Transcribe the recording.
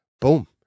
boom